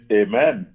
amen